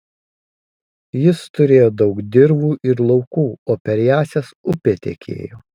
jis turėjo daug dirvų ir laukų o per jąsias upė tekėjo